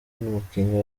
umukinnyi